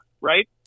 right